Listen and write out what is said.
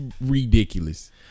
ridiculous